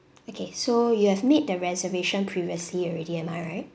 okay so you have made the reservation previously already am I right